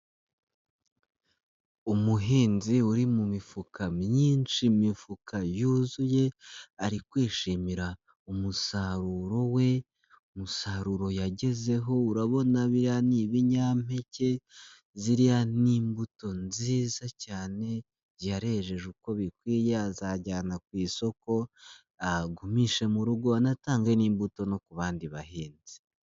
Umuhinzi uri mu mifuka myinshi, imifuka yuzuye, ari kwishimira umusaruro we, umusaruro yagezeho, urabona biriya ni ibinyampeke, ziriya ni imbuto nziza cyane, yarejeje uko bikwiye azajyana ku isoko, agumisha mu rugo, anatange n'imbuto no ku bandi bahinzi.